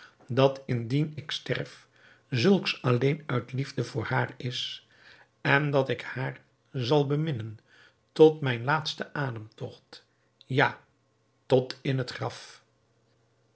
dat indien ik sterf zulks alleen uit liefde voor haar is en dat ik haar zal beminnen tot mijn laatsten ademtogt ja tot in het graf